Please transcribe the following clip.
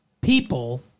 people